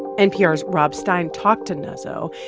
npr's rob stein talked to nuzzo,